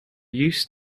used